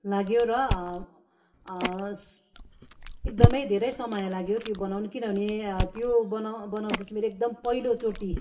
लाग्यो र एकदम धेरै समय लाग्यो त्यो बनाउनु किनभने त्यो बनाउ बनाउँदा चाहिँ फेरि एकदम पहिलो चोटि